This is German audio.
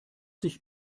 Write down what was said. dich